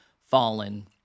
fallen